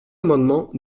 amendement